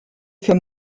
für